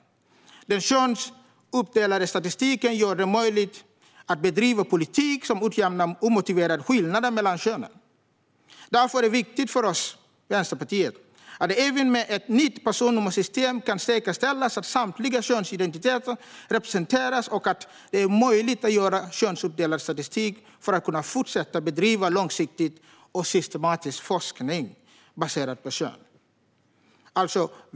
Den könsuppdelade statistiken gör det också möjligt att bedriva politik som utjämnar omotiverade skillnader mellan könen. Därför är det viktigt för oss i Vänsterpartiet att det även med ett nytt personnummersystem kan säkerställas att samtliga könsidentiteter representeras och att det är möjligt att göra könsuppdelad statistik för att kunna fortsätta bedriva långsiktig och systematisk forskning baserad på kön.